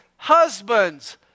Husbands